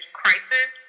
crisis